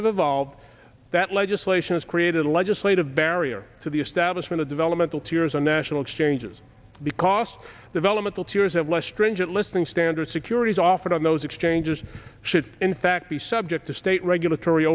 evolved that legislation has created a legislative barrier to the establishment of developmental tears or national exchanges because developmental tiers of less stringent listening standards securities offered on those exchanges should in fact be subject to state regulatory